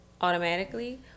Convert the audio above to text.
automatically